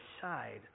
side